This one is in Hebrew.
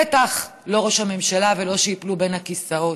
בטח לא ראש ממשלה ולא שייפלו בין הכיסאות,